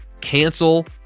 cancel